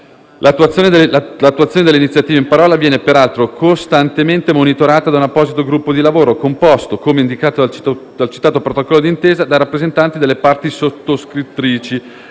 L'attuazione dell'iniziativa in parola viene, peraltro, costantemente monitorata da un apposito gruppo di lavoro composto, come indicato dal citato protocollo d'intesa, da rappresentanti delle parti sottoscrittrici,